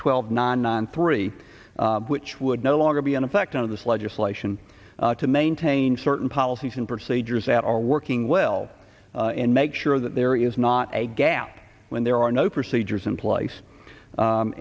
twelve nine nine three which would no longer be in effect on this legislation to maintain certain policies and procedures at our working well and make sure that there is not a gap when there are no procedures in place